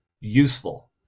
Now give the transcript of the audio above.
useful